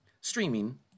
Streaming